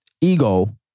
Ego